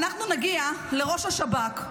אנחנו נגיע לראש השב"כ,